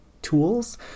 tools